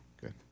good